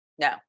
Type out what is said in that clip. No